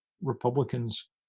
Republicans